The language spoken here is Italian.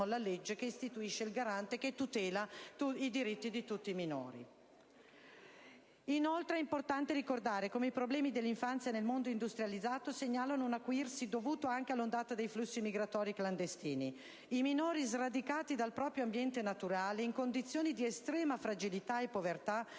una legge che istituisce l'Autorità garante, che tutela i diritti di tutti i minori. Inoltre è importante ricordare come i problemi dell'infanzia, nel mondo industrializzato, segnalano un acuirsi dovuto anche all'ondata dei flussi migratori clandestini. I minori, sradicati dal proprio ambiente naturale, in condizioni di estrema fragilità e povertà,